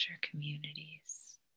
communities